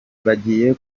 bagiye